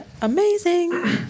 amazing